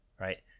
right